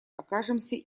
окажемся